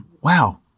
wow